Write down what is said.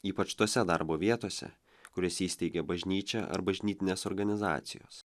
ypač tose darbo vietose kurias įsteigė bažnyčią ar bažnytinės organizacijos